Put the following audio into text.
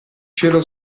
cielo